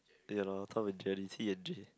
ya loh Tom and Jerry T and J